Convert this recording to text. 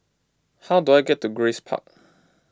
how do I get to Grace Park